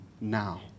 now